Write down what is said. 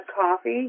coffee